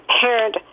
parent